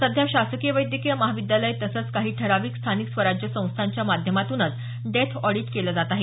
सध्या शासकीय वैद्यकीय महाविद्यालय तसंच काही ठराविक स्थानिक स्वराज्य संस्थांच्या माध्यमातूनच डेथ ऑडीट केलं जात आहे